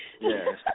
Yes